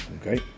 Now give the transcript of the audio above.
Okay